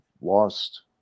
lost